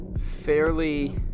fairly